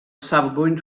safbwynt